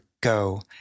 go